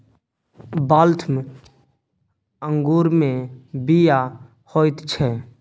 Waltham अंगूरमे बीया होइत छै